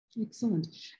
Excellent